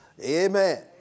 Amen